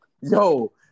Yo